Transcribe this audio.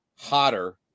hotter